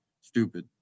stupid